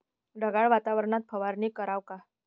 ढगाळ वातावरनात फवारनी कराव का?